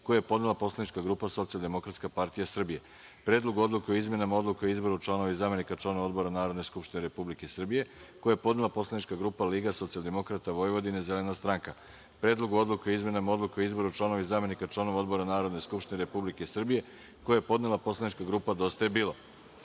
koji je podnela poslanička grupa Socijaldemokratska partija Srbije; Predlogu odluke o izmenama Odluke o izboru članova i zamenika članova odbora Narodne skupštine Republike Srbije koji je podnela poslanička grupa Liga socijaldemokrata Vojvodine-Zelena stranka; Predlogu odluke o izmenama Odluke o izboru članova i zamenika članova odbora Narodne skupštine Republike Srbije koji je podnela poslanička grupa Dosta je bilo. Da